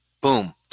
Boom